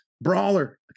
Brawler